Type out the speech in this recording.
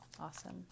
awesome